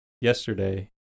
yesterday